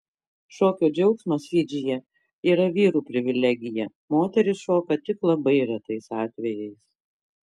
šokio džiaugsmas fidžyje yra vyrų privilegija moterys šoka tik labai retais atvejais